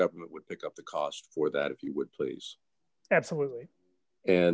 government would pick up the cost for that if you would please absolutely